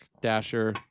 Dasher